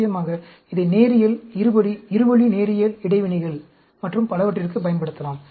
நிச்சயமாக இதை நேரியல் இருபடி இருவழி நேரியல் இடைவினைகள் மற்றும் பலவற்றிற்கும் பயன்படுத்தலாம்